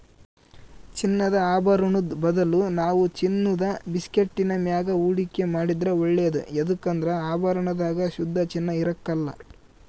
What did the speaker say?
ಚಿನ್ನದ ಆಭರುಣುದ್ ಬದಲು ನಾವು ಚಿನ್ನುದ ಬಿಸ್ಕೆಟ್ಟಿನ ಮ್ಯಾಗ ಹೂಡಿಕೆ ಮಾಡಿದ್ರ ಒಳ್ಳೇದು ಯದುಕಂದ್ರ ಆಭರಣದಾಗ ಶುದ್ಧ ಚಿನ್ನ ಇರಕಲ್ಲ